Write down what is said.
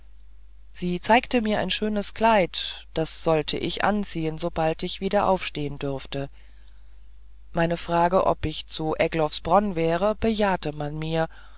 sie zeigte mir ein schönes kleid das sollte ich anziehen sobald ich wieder aufstehn dürfte meine frage ob ich zu egloffsbronn wäre bejahte man mir